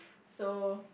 so